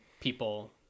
people